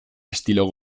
estilo